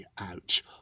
Ouch